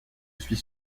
suis